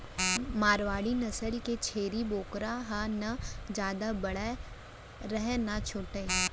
मारवाड़ी नसल के छेरी बोकरा ह न जादा बड़े रहय न छोटे